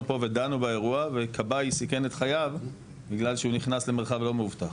פה ודנו באירוע וכבאי סיכן את חייו בגלל שהוא נכנס למרחב לא מאובטח.